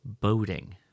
boating